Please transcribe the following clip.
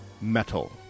metal